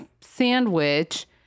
sandwich